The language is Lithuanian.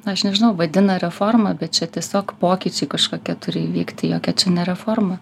na aš nežinau vadina reforma bet čia tiesiog pokyčiai kažkokie turi įvykti jokia čia ne reforma